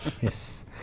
Yes